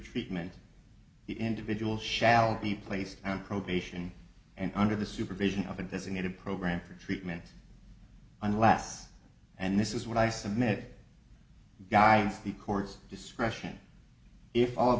treatment the individual shall be placed on probation and under the supervision of a designated program for treatment unless and this is what i submit guidance the courts discretion if all of